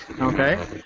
Okay